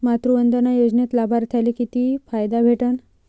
मातृवंदना योजनेत लाभार्थ्याले किती फायदा भेटन?